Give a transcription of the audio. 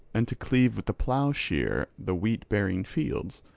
and to cleave with the plough-share the wheat-bearing fields,